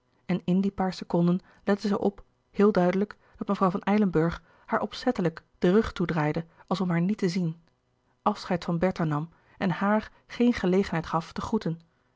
en in die paar seconden lette zij op heel duidelijk dat mevrouw van eilenburgh haar opzettelijk den rug toedraaide als om haar niet te zien afscheid van bertha nam en haàr geen gelegenheid gaf te groeten